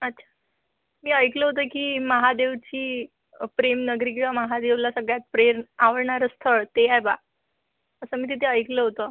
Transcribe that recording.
अच्छा मी ऐकलं होतं की महादेवची प्रेमनगरी किंवा महादेवला सगळ्यात प्रिय आवडणारं स्थळ ते आहे बुवा असं मी तिथे ऐकलं होतं